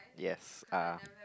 yes uh